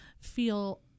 feel